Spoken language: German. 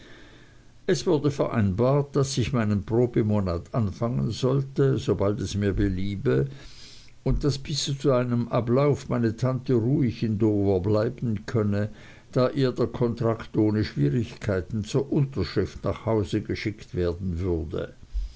es wurde vereinbart daß ich meinen probemonat anfangen sollte sobald es mir beliebe und daß bis zu seinem ablauf meine tante ruhig in dover bleiben könne da ihr der kontrakt ohne schwierigkeiten zur unterschrift nach hause geschickt werden würde